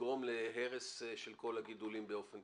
הנוסח